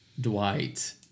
Dwight